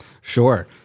Sure